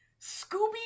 Scooby